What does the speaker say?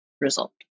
result